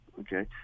Okay